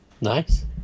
Nice